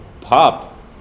Pop